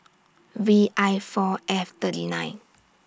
V I four F thirty nine